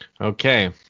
Okay